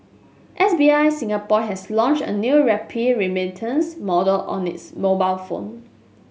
S B I Singapore has launched a new rupee remittance mode on its mobile app